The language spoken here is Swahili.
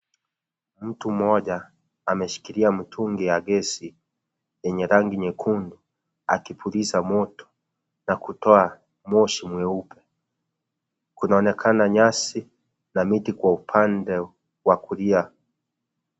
Mtu mmoja ameshikilia mtungi wa gesi wenye rangi nyekundu akipuliza moto na kutoa moshi mweupe. Kunaonekana nyasi na miti kwa upande wa kulia.